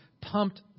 pumped